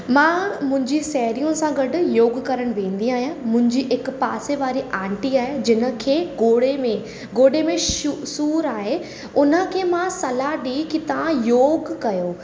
मां मुंहिंजी साहिड़ियूं सां गॾु योगु करणु वेंदी आहियां मुंहिंजी हिक पासे वारी आंटी आए जिन खे गोड़े में गोॾे में शू सूरु आहे उन खे मां सलाह ॾी की तव्हां योगु कयो